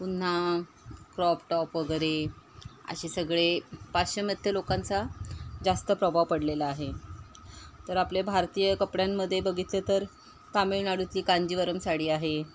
पुन्हा crop top वगैरे असे सगळे पाश्चिमात्य लोकांचा जास्त प्रभाव पडलेला आहे तर आपले भारतीय कपड्यांमध्ये बघितलं तर तामिळनाडूची कांजीवरम् साडी आहे